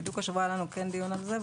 בדיוק השבוע היה לנו כן דיון על זה.